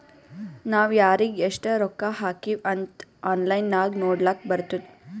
ನಾವ್ ಯಾರಿಗ್ ಎಷ್ಟ ರೊಕ್ಕಾ ಹಾಕಿವ್ ಅಂತ್ ಆನ್ಲೈನ್ ನಾಗ್ ನೋಡ್ಲಕ್ ಬರ್ತುದ್